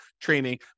training